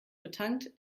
betankt